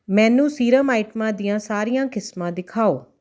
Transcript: ਮੈਨੂੰ ਸੀਰਮ ਆਈਟਮਾਂ ਦੀਆਂ ਸਾਰੀਆਂ ਕਿਸਮਾਂ ਦਿਖਾਓ